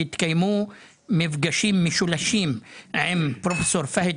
התקיימו מפגשים משולשים עם פרופסור פהד